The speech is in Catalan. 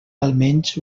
almenys